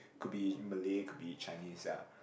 could be malay could be Chinese ya